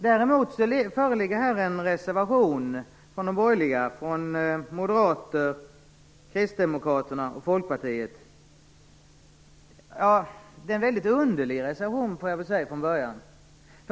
Däremot föreligger en reservation från de borgerliga - Moderaterna, Kristdemokraterna och Folkpartiet. Det är en väldigt underlig reservation.